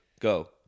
go